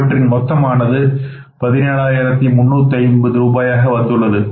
இவற்றின் மொத்தமானது 17350 ரூபாயாக வந்துள்ளது